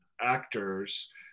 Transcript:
actors